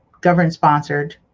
government-sponsored